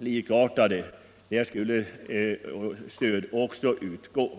likartade skogsmarker få samma stöd.